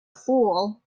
fool